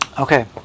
Okay